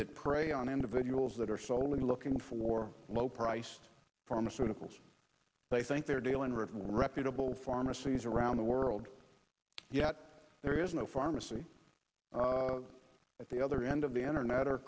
that prey on individuals that are soley looking for low priced pharmaceuticals they think they're dealing with reputable pharmacies around the world yet there is no pharmacy at the other end of the internet